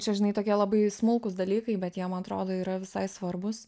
čia žinai tokie labai smulkūs dalykai bet jiem atrodo yra visai svarbus